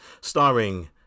starring